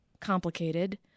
complicated